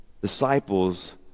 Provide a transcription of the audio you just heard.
Disciples